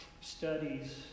studies